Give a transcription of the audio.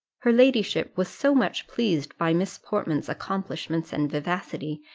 her ladyship was so much pleased by miss portman's accomplishments and vivacity,